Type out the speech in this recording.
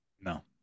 no